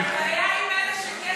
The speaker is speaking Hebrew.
הבעיה היא עם אלה שכן,